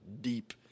deep